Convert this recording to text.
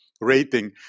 rating